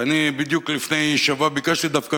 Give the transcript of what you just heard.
ואני בדיוק לפני שבוע ביקשתי דווקא